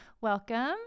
Welcome